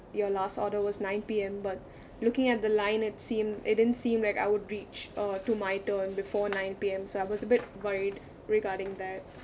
your last order was nine P_M but looking at the line it seemed it didn't seem like I would reach uh to my turn uh before nine P_M so I was a bit worried regarding that